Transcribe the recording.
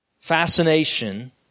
fascination